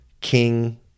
King